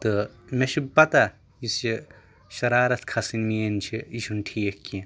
تہٕ مےٚ چھُ پَتہ یُس یہِ شَرارت کھسٕنۍ میٲنۍ چھِ یہِ چھُ نہٕ ٹھیٖک کیٚنٛہہ